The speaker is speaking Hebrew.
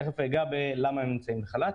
תיכף אגע למה הם נמצאים בחל"ת.